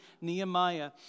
Nehemiah